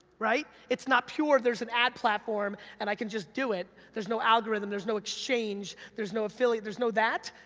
right? it's not pure, there's an ad platform, and i can just do it, there's no algorithm, there's no exchange, there's no affiliate, there's no that,